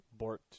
Bort